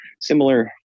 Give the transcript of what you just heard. similar